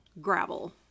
gravel